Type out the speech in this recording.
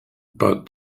but